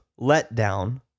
letdown